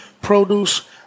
produce